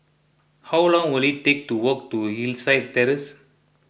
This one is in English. how long will it take to walk to Hillside Terrace